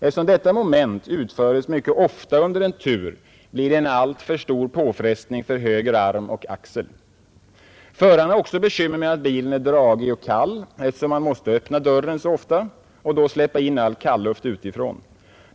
Eftersom detta moment utföres mycket ofta under en tur, blir det en alltför stor påfrestning för höger arm och axel. Förarna har också bekymmer med att bilen är dragig och kall eftersom man måste öppna dörren så ofta och då släppa in all kalluft utifrån.